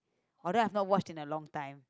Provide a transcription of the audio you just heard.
although I have not watch in a long time